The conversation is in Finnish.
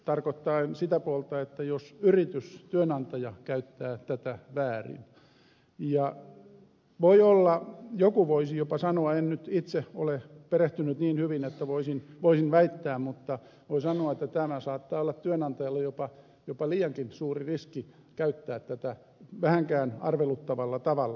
tarkoittaen sitä puolta että jos yritys työnantaja käyttää tätä väärin ja voi olla joku voisi jopa sanoa en nyt itse ole perehtynyt niin hyvin että voisin väittää mutta voi sanoa että saattaa olla työnantajalle jopa liiankin suuri riski käyttää tätä vähänkään arveluttavalla tavalla